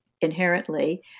inherently